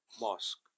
mosque